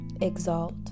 exalt